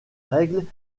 règles